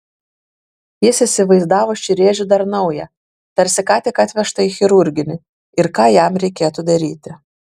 jis įsivaizdavo šį rėžį dar naują tarsi ką tik atvežtą į chirurginį ir ką jam reikėtų daryti